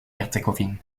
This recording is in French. herzégovine